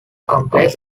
complex